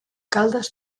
caldes